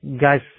Guys